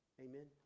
Amen